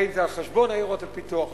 האם זה על חשבון עיירות הפיתוח,